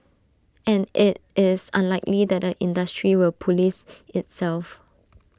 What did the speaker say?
and IT is unlikely that the industry will Police itself